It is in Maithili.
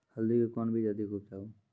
हल्दी के कौन बीज अधिक उपजाऊ?